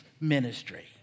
ministry